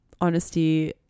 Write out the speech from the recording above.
honesty